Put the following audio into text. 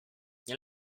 nie